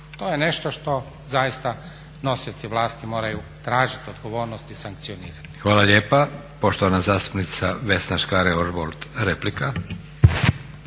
To je nešto što zaista nosioci vlasti moraju tražit odgovornost i sankcionirati. **Leko, Josip (SDP)** Hvala lijepa. Poštovana zastupnica Vesna Škare-Ožbolt, replika.